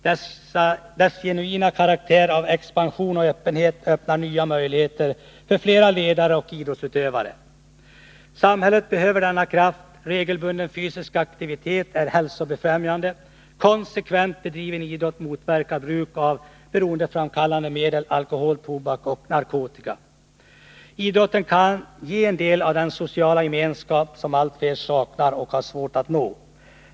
Dess genuina karaktär av expansion och öppenhet öppnar nya möjligheter för fler ledare och idrottsutövare. Samhället behöver denna kraft. Regelbunden fysisk aktivitet är hälsobefrämjande. Konsekvent bedriven idrott motverkar bruk av beroendeframkallande medel — alkohol, tobak och narkotika. Idrotten kan ge en del av den sociala gemenskap som alltfler saknar och har svårt att nå.